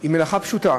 היא מלאכה פשוטה